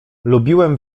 lubiłem